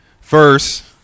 first